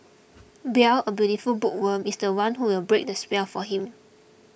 Belle a beautiful bookworm is the one who will break the spell for him